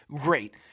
Great